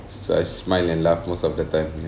so I smile and laugh most of the time